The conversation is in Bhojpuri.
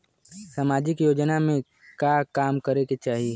सामाजिक योजना में का काम करे के चाही?